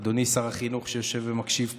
אדוני שר החינוך שיושב פה